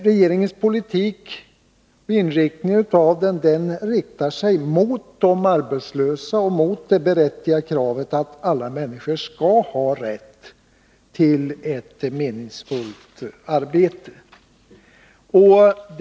Regeringens politik riktar sig mot de arbetslösa och mot det berättigade kravet att alla människor skall ha rätt till ett meningsfullt arbete.